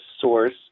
source